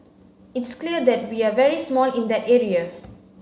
it's clear that we are very small in that area